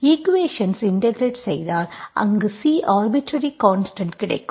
equations integrate செய்தால் அங்கு C arbitrary constant கிடைக்கும்